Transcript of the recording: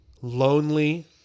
lonely